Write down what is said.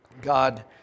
God